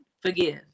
forgive